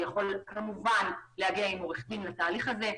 הוא יכול כמובן להגיע עם עורך דין להליך הזה,